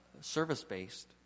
service-based